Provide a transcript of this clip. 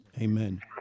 Amen